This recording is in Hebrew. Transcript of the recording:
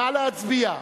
נא להצביע.